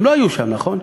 הם לא היו שם, נכון?